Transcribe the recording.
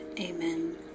Amen